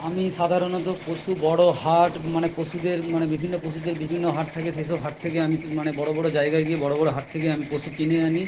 আমি সাধারণত পশু বড় হাট মানে পশুদের মানে বিভিন্ন পশুদের বিভিন্ন হাট থাকে সেসব হাট থেকে আমি মানে বড় বড় জায়গায় গিয়ে বড় বড় হাট থেকে আমি পশু কিনে আনি